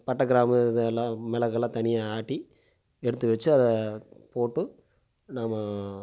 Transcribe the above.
பட்டை கிராம்பு இது எல்லாம் மிளகு எல்லாம் தனியாக ஆட்டி எடுத்து வைச்சா அதை போட்டு நாம்